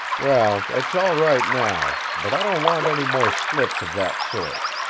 well, it's all right now, but i don't want any more slips of that sort.